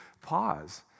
pause